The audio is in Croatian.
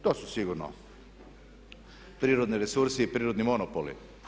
To su sigurno prirodni resursi i prirodni monopoli.